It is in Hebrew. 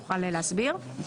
יוכל להסביר.